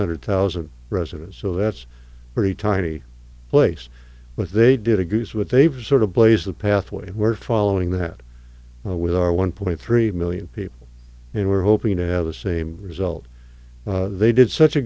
hundred thousand residents so that's pretty tiny place but they did a goose with they've sort of blase pathway we're following that with our one point three million people who were hoping to have the same result they did such a